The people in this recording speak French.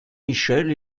michel